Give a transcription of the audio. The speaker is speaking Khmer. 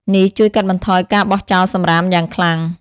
នេះជួយកាត់បន្ថយការបោះចោលសំរាមយ៉ាងខ្លាំង។